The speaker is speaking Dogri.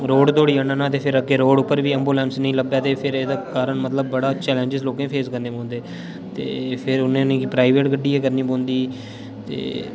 रोड धोड़ी आह्न्ना ते फिर अग्गें रोड उप्पर बी एम्बुलेंस नेईं लब्भे ते फिर एह्दे कारण मतलब बड़ा चैलेंज्स लोकें ई फेस करने पौंदे ते फिर उ'नें गी प्राइवेट गड्डी गै करनी पौंदी ते